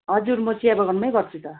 हजुर म चिया बगानमै गर्छु त